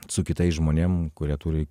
su kitais žmonėm kurie turi